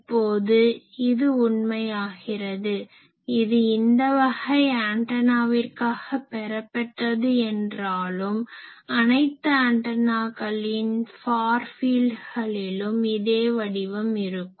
இப்போது இது உண்மையாகிறது இது இந்த வகை ஆன்டனாவிற்காக பெறப்பட்டது என்றாலும் அனைத்து ஆன்டனாக்களின் ஃபார் ஃபீல்டுகளிலும் இதே வடிவம் இருக்கும்